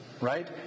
Right